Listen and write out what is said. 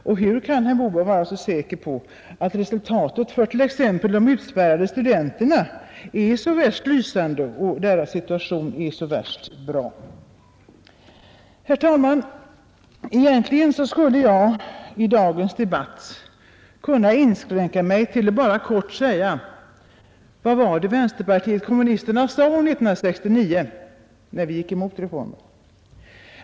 Och hur kan herr Moberg vara så säker på att resultatet för t.ex. de utspärrade studenterna är så värst lysande och deras situation särskilt bra. Herr talman! Egentligen skulle jag i dagens debatt kunna inskränka mig till att bara i korthet säga: Vad var det vänsterpartiet kommunisterna sade 1969, när vi gick emot reformen?